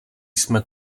jsme